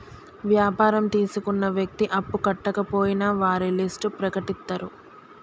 వ్యాపారం తీసుకున్న వ్యక్తి అప్పు కట్టకపోయినా వారి లిస్ట్ ప్రకటిత్తరు